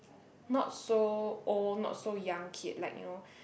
not so old not so young kid like you know